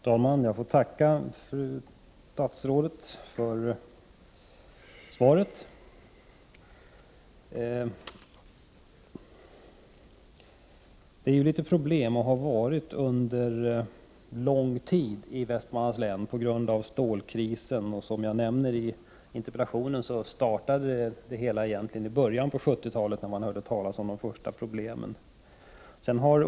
Herr talman! Jag får tacka fru statsrådet för svaret. Det finns och har funnits problem under lång tid i Västmanlands län till följd av stålkrisen. Som jag nämnde i interpellationen startade det hela egentligen i början av 70-talet. Det var då som man hörde talas om de första problemen.